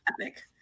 Epic